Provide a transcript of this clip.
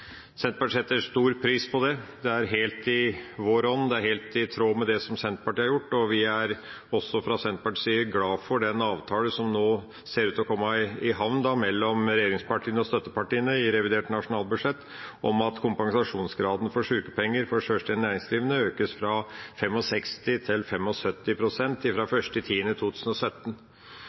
Senterpartiet setter stor pris på det. Det er helt i vår ånd, det er helt i tråd med det som Senterpartiet har gjort, og vi er fra Senterpartiets side også glade for den avtalen som ser ut til å komme i havn mellom regjeringspartiene og støttepartiene i revidert nasjonalbudsjett, om at kompensasjonsgraden for sykepenger for sjølstendig næringsdrivende økes fra 65 pst. til 75 pst. fra 1. oktober 2017.